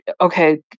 okay